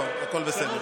לא, הכול בסדר.